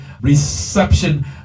reception